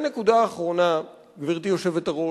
נקודה אחרונה, גברתי היושבת-ראש: